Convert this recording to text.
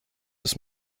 dass